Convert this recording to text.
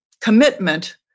commitment